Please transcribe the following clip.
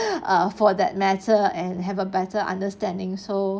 err for that matter and have a better understanding so